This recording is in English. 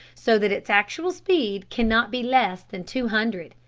so that its actual speed cannot be less than two hundred,